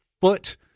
foot